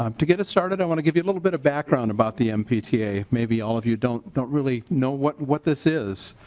um to get us started i want to give you a little bit of background about the mbta. may all of you don't don't really know what what this is.